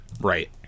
Right